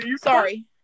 sorry